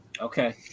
Okay